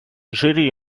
жили